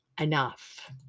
enough